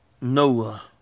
Noah